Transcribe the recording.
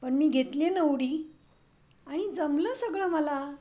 पण मी घेतली आहे ना उडी आणि जमलं सगळं मला